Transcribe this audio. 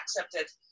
accepted